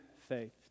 faith